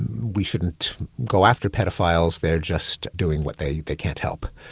we shouldn't go after paedophiles, they're just doing what they they can't help.